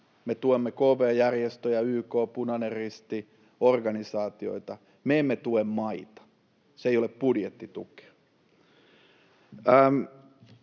Me tuemme kv. järjestöjä, YK, Punainen Risti, organisaatioita. Me emme tue maita. [Toimi